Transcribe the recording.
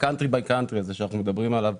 ב-country by country שאנחנו מדברים עליו